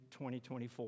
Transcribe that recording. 2024